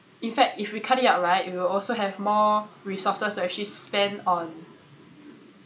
in fact if we cut it out right it will also have more resources to actually spend on